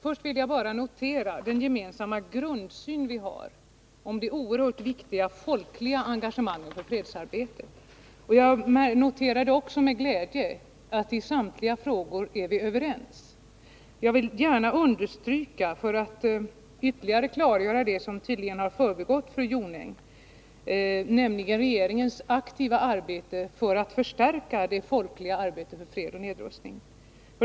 Först vill jag bara notera den gemensamma grundsyn som vi har när det gäller det oerhört viktiga folkliga engagemanget för fredsarbetet. Jag noterade också med glädje att vi i samtliga frågor är överens. Jag vill emellertid gärna — för att ytterligare klargöra det som tydligen har förbigått fru Jonäng — understryka att regeringen aktivt verkar för att förstärka det folkliga arbetet för fred och nedrustning.